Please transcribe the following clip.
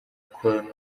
colorado